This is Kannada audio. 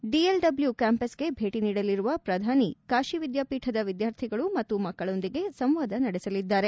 ಡಿಎಲ್ಡಬ್ಲ್ಯೂ ಕ್ಯಾಂಪಸ್ಗೆ ಭೇಟಿ ನೀಡಲಿರುವ ಪ್ರಧಾನಿ ಕಾಠಿ ವಿದ್ಯಾಪೀಠದ ವಿದ್ಯಾರ್ಥಿಗಳು ಮತ್ತು ಮಕ್ಕಳೊಂದಿಗೆ ಸಂವಾದ ನಡೆಸಲಿದ್ದಾರೆ